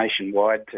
nationwide